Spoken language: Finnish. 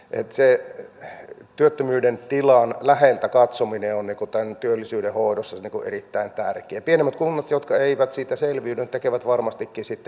nyt se heti työttömyyden tilan läheltä jos on huomattavasti kannattavampaa että kymmenen ihmistä menevät kaikki omilla autoillaan kilometrikorvausten takia kuka käyttää sitä